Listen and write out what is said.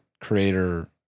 creator